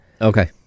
Okay